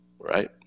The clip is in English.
Right